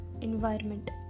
environment